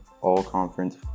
all-conference